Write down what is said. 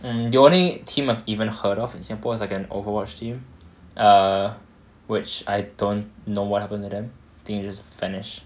mm the only team I've even heard of in singapore is like an overwatch team err which I don't know what happened to them I think they just vanished